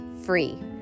free